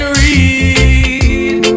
read